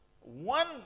one